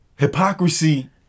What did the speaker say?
Hypocrisy